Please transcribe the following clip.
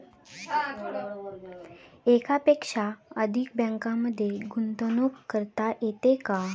एकापेक्षा अधिक बँकांमध्ये गुंतवणूक करता येते का?